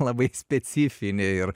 labai specifinė ir